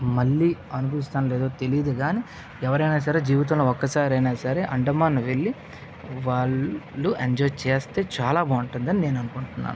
మళ్ళీ అనుభవిస్తానో లేదో తెలియదు కానీ ఎవరైన సరే జీవితంలో ఒక సారైన సరే అండమాన్ వెళ్ళి వాళ్ళు ఎంజాయ్ చేస్తే చాలా బాగుంటుంది అని నేను అనుకుంటున్నాను